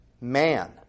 man